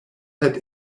had